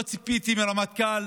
לא ציפיתי שהרמטכ"ל